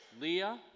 Leah